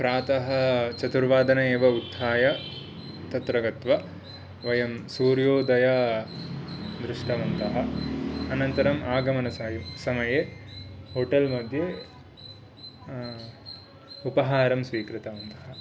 प्रातः चतुर्वादने एव उत्थाय तत्र गत्वा वयं सूर्योदयं दृष्टवन्तः अनन्तरम् आगमनसमय् समये होटल् मध्ये उपहारं स्वीकृतवन्तः